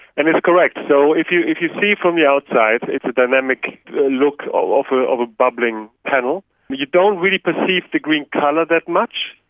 and that's correct, so if you if you see from the outside it's a dynamic look of ah of a bubbling panel but you don't really perceive the green colour that much,